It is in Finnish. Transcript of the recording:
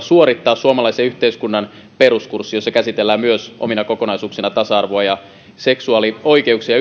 suorittaa suomalaisen yhteiskunnan peruskurssi jossa käsitellään myös omina kokonaisuuksina tasa arvoa ja seksuaalioikeuksia